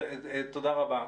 תודה רבה.